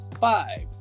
five